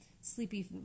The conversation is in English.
sleepy